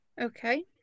Okay